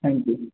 thank you